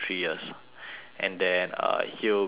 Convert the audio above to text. and then uh he'll be